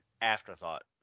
Afterthought